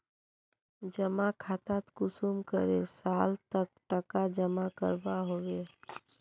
जमा खातात कुंसम करे साल तक टका जमा करवा होबे?